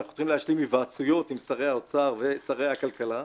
אנחנו צריכים להשלים היוועצויות עם שרי האוצר ושרי הכלכלה.